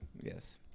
Yes